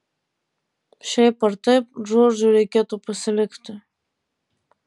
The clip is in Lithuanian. šiaip ar taip džordžui reikėtų pasilikti